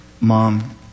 Mom